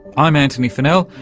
i'm antony funnell,